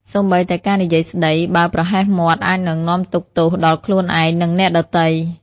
សូម្បីតែការនិយាយស្ដី បើប្រហែសមាត់ អាចនឹងនាំទុក្ខទោសដល់ខ្លួនឯង និងអ្នកដទៃ។